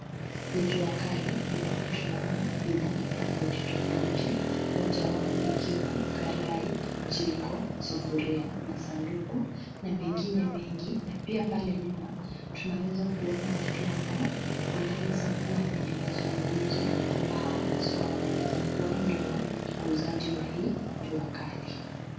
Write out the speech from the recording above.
Ni jua kali ambapo tunaona bidhaa tofauti tofauti mojawapo ikiwa karai, jiko, sufuria na sanduku na mengine mengi na pia pale nyuma tunaweza kuona watu ambao wanaweza kuwa kwenye mazungumzo ambao haswa wanaweza kuwa ndio wauzaji wa hii jua kali.